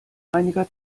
einiger